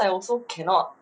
现在 also